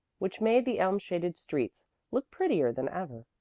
which made the elm-shaded streets look prettier than ever.